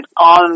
on